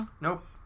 Nope